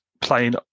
playing